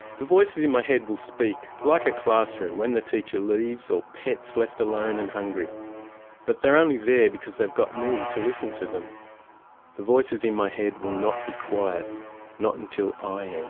the voices in my head will speak like a classroom when the teacher leaves or pets left alone and hungry but they're only there because they've got me to listen to them the voices in my head will not be quiet not until i